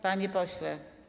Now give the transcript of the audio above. Panie pośle.